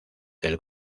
del